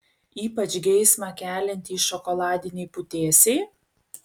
ypač geismą keliantys šokoladiniai putėsiai